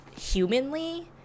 humanly